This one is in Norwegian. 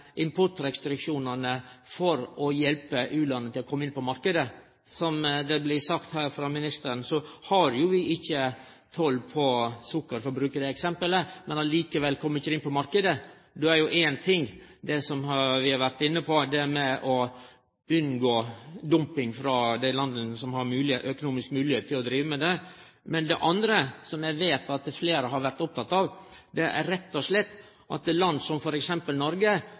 importrestriksjonane for å hjelpe u-landa til å kome inn på marknaden. Som det blei sagt her frå ministeren, har vi jo ikkje toll på sukkerimport, men likevel kjem dei ikkje inn på marknaden. Du har jo ein ting, det som vi har vore inne på, det med å unngå dumping frå dei landa som har økonomisk moglegheit til å drive med det. Men det andre, som eg veit at fleire har vore opptekne av, er rett og slett at land som f.eks. Noreg